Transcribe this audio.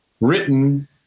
written